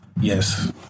Yes